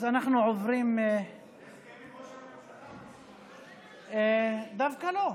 אז אנחנו עוברים, הסכם עם ראש הממשלה, דווקא לא.